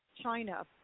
china